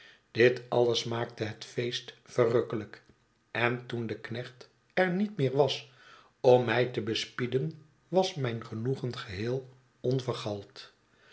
dit alles maakte hetfeestverrukkelijk en toen de knecht er niet meer was om mij te bespieden was mijn genoegen geheei